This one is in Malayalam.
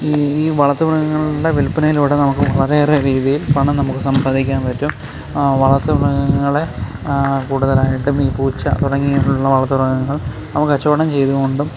ഈ ഈ വളർത്തു മൃഗങ്ങളുടെ വില്പനയിലൂടെ നമുക്ക് വളരെയേറെ രീതിയിൽ പണം നമുക്ക സമ്പാദിക്കാൻ പറ്റും വളർത്തു മൃഗങ്ങളെ കൂടുതലായിട്ടും ഈ പൂച്ച തുടങ്ങിട്ടുള്ള വളർത്തുമൃഗങ്ങൾ നമുക്ക് കച്ചവടം ചെയ്തുകൊണ്ടും